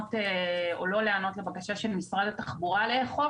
לענות או לא לענות לבקשה של משרד התחבורה לאכוף